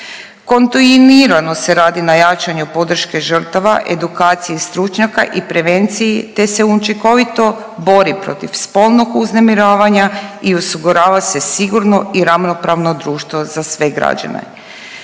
Kontinuirano se radi na jačanju podrške žrtava, edukacije stručnjaka i prevenciji te se učinkovito bori protiv spolnog uznemiravanja i osigurava se sigurno i ravnopravno društvo za sve građane.